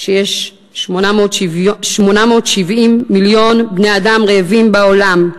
שיש 870 מיליון בני-אדם רעבים בעולם.